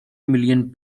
million